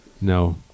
No